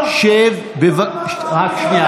החוק לא קשור לשפה הערבית.) זכותו,